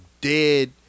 dead